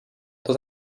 dat